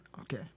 Okay